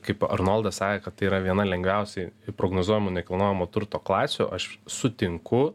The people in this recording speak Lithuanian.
kaip arnoldas sakė kad tai yra viena lengviausiai prognozuojamų nekilnojamo turto klasių aš sutinku